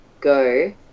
go